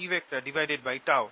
E